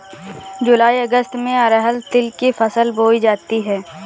जूलाई अगस्त में अरहर तिल की फसल बोई जाती हैं